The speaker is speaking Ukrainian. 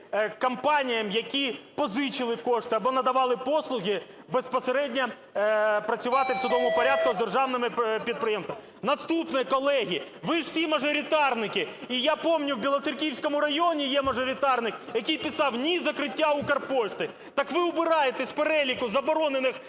компаніям, які позичили кошти або надавали послуги безпосередньо працювати в судовому порядку з державними підприємствами. Наступне. Колеги, ви ж всі – мажоритарники, і я пам'ятаю, є в Білоцерківському районі мажоритарник, який писав: "Ні – закриттю "Укрпошти". Так ви убираєте з переліку заборонених